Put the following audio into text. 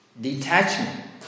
Detachment